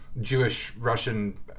Jewish-Russian